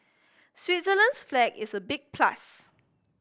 Switzerland's flag is a big plus